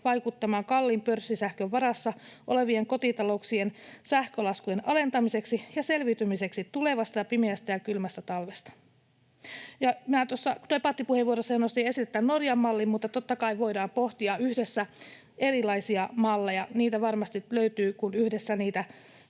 vaikuttamaan kalliin pörssisähkön varassa olevien kotitalouksien sähkölaskujen alentamiseksi ja selviytymiseksi tulevasta pimeästä ja kylmästä talvesta. Minä tuossa debattipuheenvuorossani jo nostin esille tämän Norjan mallin, mutta totta kai voidaan pohtia yhdessä erilaisia malleja. Niitä varmasti löytyy, kun yhdessä niitä